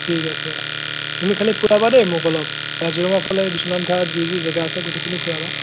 ঠিক আছে তুমি খালি ফুৰাবা দেই মোক অলপ কাজিৰঙা ফালে বিশ্বনাথ ঘাট যি যি জাগা আছে গোটেখিনি ফুৰাবা